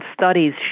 studies